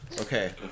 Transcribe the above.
Okay